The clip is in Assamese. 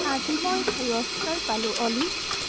আজি মই পুুৰস্কাৰ পালোঁ অ'লি